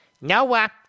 Noah